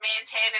maintaining